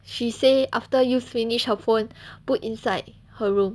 she say after use finish her phone put inside her room